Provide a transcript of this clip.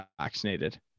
vaccinated